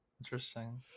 Interesting